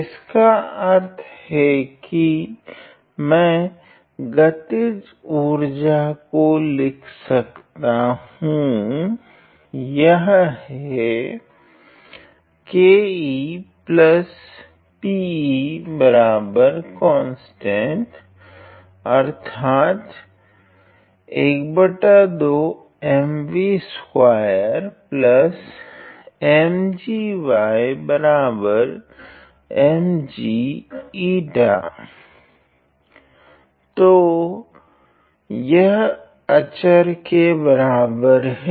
इसका अर्थ है की मैं गतिज उर्जा को लिखता हूँ यह है तो यह अचर के बराबर है